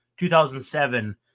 2007